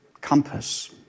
compass